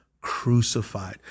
crucified